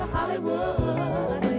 Hollywood